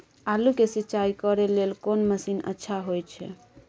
आलू के सिंचाई करे लेल कोन मसीन अच्छा होय छै?